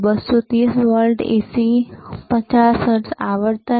230 volt AC 50 hertz આવર્તન